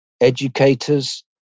educators